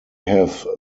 have